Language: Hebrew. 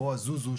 או דרך "זוזו".